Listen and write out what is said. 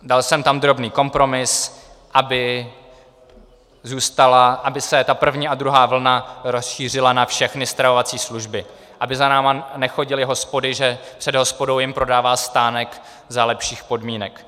Dal jsem tam drobný kompromis, aby zůstala, aby se ta první a druhá vlna rozšířila na všechny stravovací služby, aby za námi nechodily hospody, že před hospodou jim prodává stánek za lepších podmínek.